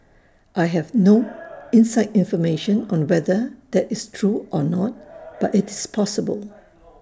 I have no inside information on whether that is true or not but it's possible